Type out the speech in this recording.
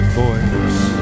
voice